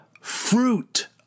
fruit